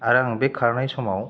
आरो आं बे खारनाय समाव